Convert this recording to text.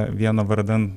vieno vardan